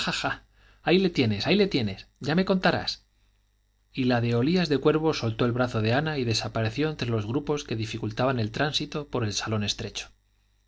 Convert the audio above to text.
ahí le tienes ahí le tienes ya me contarás la de olías de cuervo soltó el brazo de ana y desapareció entre los grupos que dificultaban el tránsito por el salón estrecho